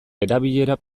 erabilera